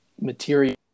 material